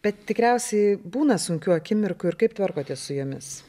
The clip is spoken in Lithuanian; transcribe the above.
bet tikriausiai būna sunkių akimirkų ir kaip tvarkotės su jomis